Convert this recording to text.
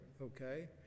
okay